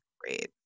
great